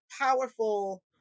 powerful